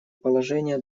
положение